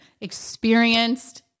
experienced